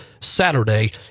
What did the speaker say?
Saturday